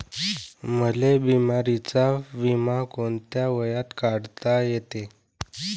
मले बिमारीचा बिमा कोंत्या वयात काढता येते?